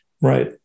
Right